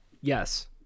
Yes